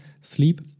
sleep